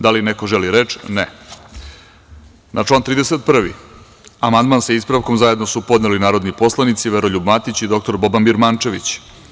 Da li neko želi reč? (Ne.) Na član 31. amandman sa ispravkom, zajedno su podneli narodni poslanici Veroljub Matić i dr Boban Birmančević.